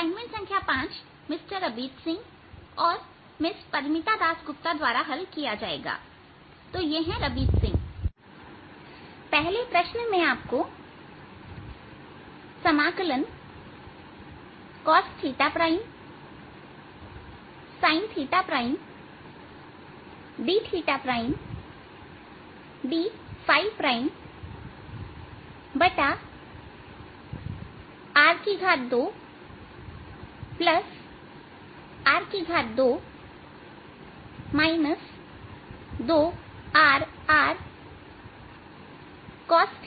assignment संख्या 5 mister Rabit Singh और मैं परमिता दासगुप्ता द्वारा हल किया जाएगा तो यह है रबीत सिंह पहले प्रश्न में आपको समाकलन cos sin ddR2r2 2rRcos cos sin sinθ cos को हल करना है